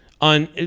on